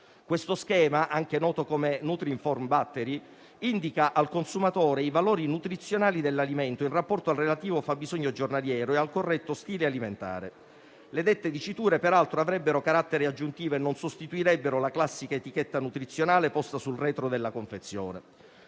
Questo schema, anche noto come nutrinform battery, indica al consumatore i valori nutrizionali dell'alimento in rapporto al relativo fabbisogno giornaliero e al corretto stile alimentare. Le dette diciture peraltro avrebbero carattere aggiuntivo e non sostituirebbero la classica etichetta nutrizionale posta sul retro della confezione.